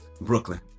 Brooklyn